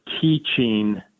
teaching